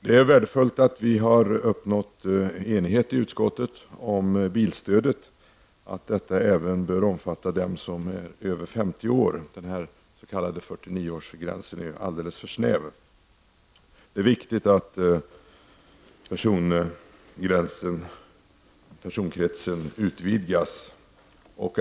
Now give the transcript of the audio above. Det är värdefullt att vi har uppnått enighet i utskottet om bilstödet, dvs. att det även bör omfatta dem som är över 50 år. Den s.k. 49 årsgränsen är alldeles för snäv. Det är viktigt att personkretsen utvidgas.